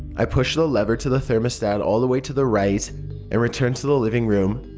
i pushed the lever to the thermostat all the way to the right and returned to the living room,